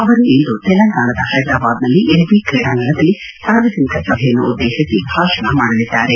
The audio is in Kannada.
ಅವರು ಇಂದು ತೆಲಂಗಾಣದ ಹೈದರಬಾದ್ನಲ್ಲಿ ಎಲ್ಬಿ ಕ್ರೀಡಾಂಗಣದಲ್ಲಿ ಸಾರ್ವಜನಿಕ ಸಭೆಯನ್ನು ಉದ್ವೇತಿಸಿ ಭಾಷಣ ಮಾಡಲಿದ್ದಾರೆ